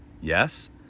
yes